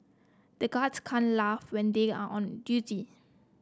the guards can't laugh when they are on duty